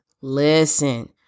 listen